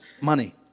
money